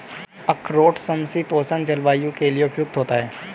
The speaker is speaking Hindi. अखरोट समशीतोष्ण जलवायु के लिए उपयुक्त होता है